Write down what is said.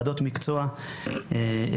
וועדות מקצוע בעצם,